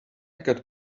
got